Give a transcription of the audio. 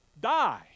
die